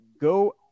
go